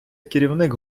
керівник